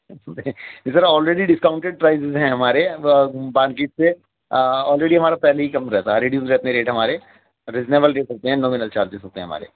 سر چھوٹے سے sir already discounted prices ہیں ہمارے مارکیٹ سے آلریڈی ہمارا پہلے ہی کم رہتا ہے ریٹ ہمارے ریزنیبل دے سکتے ہیں نامینل چارجز ہوتے ہیں ہمارے